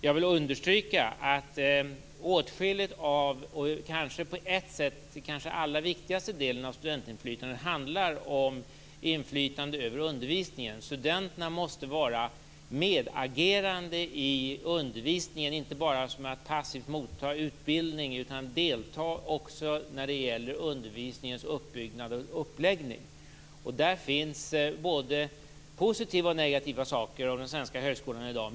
Jag vill understryka att den på ett sätt kanske allra viktigaste delen av studentinflytandet handlar om inflytande över undervisningen. Studenterna måste vara medagerande i undervisningen, inte bara passivt ta emot utbildning, utan delta också när det gäller undervisningens uppbyggnad och uppläggning. Där finns både positiva och negativa saker inom den svenska högskolan i dag.